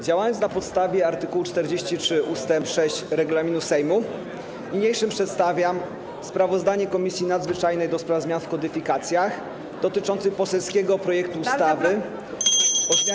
Działając na podstawie art. 43 ust. 6 regulaminu Sejmu, niniejszym przedstawiam sprawozdanie Komisji Nadzwyczajnej do spraw zmian w kodyfikacjach dotyczące poselskiego projektu ustawy o zmianie ustawy.